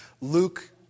Luke